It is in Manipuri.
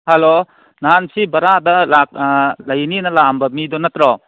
ꯍꯜꯂꯣ ꯅꯍꯥꯟ ꯁꯤ ꯚꯔꯥꯗ ꯂꯩꯅꯤꯅ ꯂꯥꯛꯑꯝꯕ ꯃꯤꯗꯣ ꯅꯠꯇ꯭ꯔꯣ